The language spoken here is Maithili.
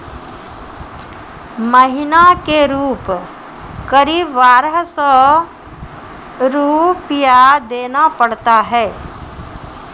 महीना के रूप क़रीब बारह सौ रु देना पड़ता है?